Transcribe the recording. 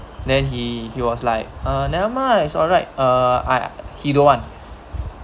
then he he was like uh never mind it's alright uh I he don't want